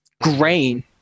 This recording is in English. grain